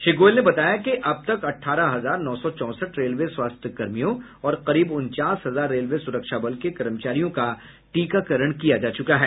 श्री गोयल ने बताया कि अब तक अठारह हजार नौ सौ चौंसठ रेलवे स्वास्थ्य कर्मियों और करीब उनचास हजार रेलवे सुरक्षा बल के कर्मचारियों का टीकाकरण किया जा चुका है